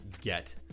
get